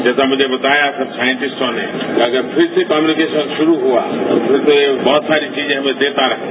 जैसा मुझे बताया सब साइटिस्टों ने अगर फिर से कम्युनिकेशन शुरू हुआ फिर तो यह बहुत सारी हमें चीजें देता रहेगा